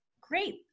great